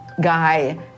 guy